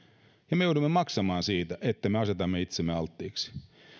niin me joudumme maksamaan siitä että me asetamme itsemme alttiiksi